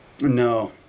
no